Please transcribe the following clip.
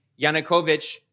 Yanukovych